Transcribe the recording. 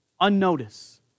unnoticed